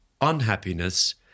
unhappiness